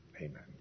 Amen